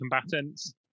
combatants